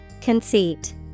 Conceit